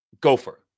gopher